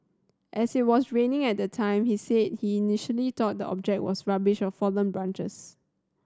as it was raining at the time he said he initially thought the object was rubbish fallen branches